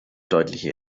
deutliche